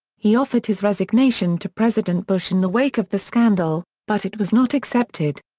he offered his resignation to president bush in the wake of the scandal, but it was not accepted.